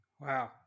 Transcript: Wow